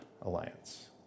alliance